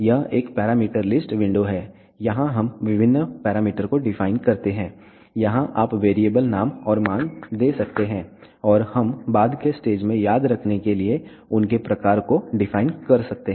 यह एक parameter list window है यहां हम विभिन्न पैरामीटर को डिफाइन करते हैं यहां आप वेरिएबल नाम और मान दे सकते हैं और हम बाद के स्टेज में याद रखने के लिए उनके प्रकार को डिफाइन कर सकते हैं